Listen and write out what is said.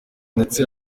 ndetse